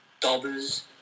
dobbers